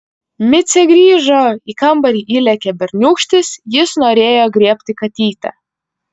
micė grįžo į kambarį įlėkė berniūkštis jis norėjo griebti katytę